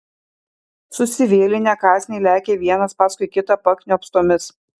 susivėlinę kąsniai lekia vienas paskui kitą pakniopstomis